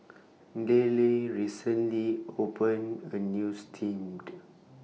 Delle recently opened A New Steamed